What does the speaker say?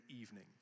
evening